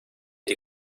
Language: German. die